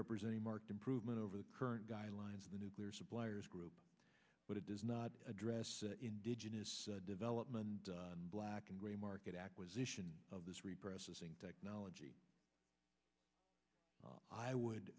represent a marked improvement over the current guidelines of the nuclear suppliers group but it does not address indigenous development in black and grey market acquisition of this repressing technology i would